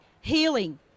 healing